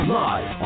live